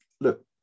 look